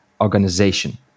organization